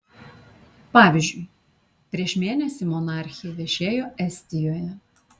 pavyzdžiui prieš mėnesį monarchė viešėjo estijoje